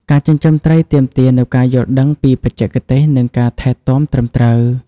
ការចិញ្ចឹមត្រីទាមទារនូវការយល់ដឹងពីបច្ចេកទេស និងការថែទាំត្រឹមត្រូវ។